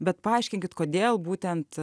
bet paaiškinkit kodėl būtent